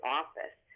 office